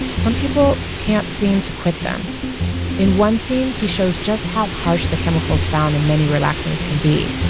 some people can't seem to quit them in one scene, he shows just how harsh the chemicals found in many relaxers can be.